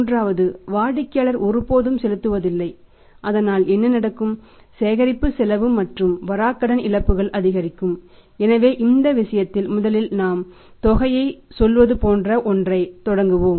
மூன்றாவது வாடிக்கையாளர் ஒருபோதும் செலுத்துவதில்லை அதனால் என்ன நடக்கும் சேகரிப்பு செலவு மற்றும் வராக்கடன் இழப்புகள் அதிகரிக்கும் எனவே இந்த விஷயத்தில் முதலில் நாம் தொகையை சொல்வது போன்ற ஒன்றைத் தொடங்குவோம்